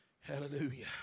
Hallelujah